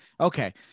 okay